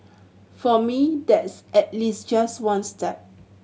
for me that's at least just one step